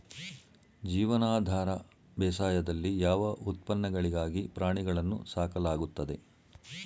ಜೀವನಾಧಾರ ಬೇಸಾಯದಲ್ಲಿ ಯಾವ ಉತ್ಪನ್ನಗಳಿಗಾಗಿ ಪ್ರಾಣಿಗಳನ್ನು ಸಾಕಲಾಗುತ್ತದೆ?